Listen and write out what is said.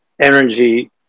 Energy